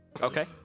Okay